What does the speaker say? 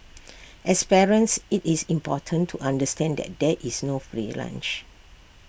as parents IT is important to understand that there is no free lunch